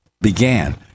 began